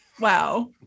wow